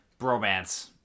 bromance